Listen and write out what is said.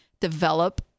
develop